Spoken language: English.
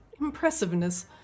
impressiveness